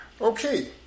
okay